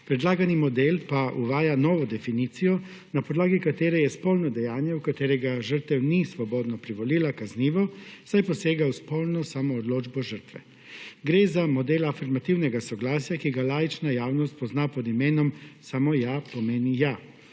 Predlagani model pa uvaja novo definicijo na podlagi katere je spolno dejanje, v katerega žrtev ni svobodno privolila, kaznivo, saj posega v spolno samoodločbo žrtve. Gre za model afirmativnega soglasja, ki ga laična javnost pozna pod imenom samo ja pomeni ja.